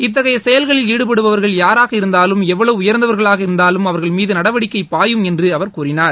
இத்தகையசெயல்களில் ஈடுபடுபவர்கள் யாராக இருந்தாலும் எவ்வளவு உயர்ந்தவர்களாக இருந்தாலும் அவர்கள் மீதுநடவடிக்கைபாயும் என்றுஅவர் கூறினார்